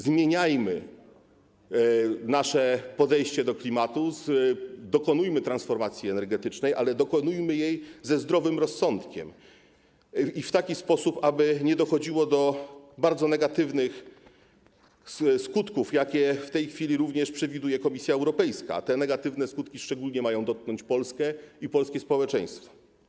Zmieniajmy nasze podejście do klimatu, dokonujmy transformacji energetycznej, ale dokonujmy jej ze zdrowym rozsądkiem i w taki sposób, aby nie dochodziło do bardzo negatywnych skutków, jakie w tej chwili również przewiduje Komisja Europejska, a te negatywne skutki szczególnie mają dotknąć Polskę i polskie społeczeństwo.